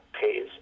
pays